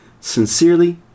Sincerely